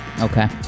Okay